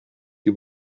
die